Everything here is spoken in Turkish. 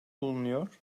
bulunuyor